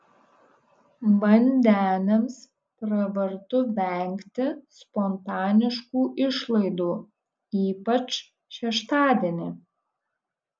vandeniams pravartu vengti spontaniškų išlaidų ypač šeštadienį